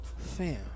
Fam